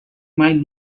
might